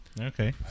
Okay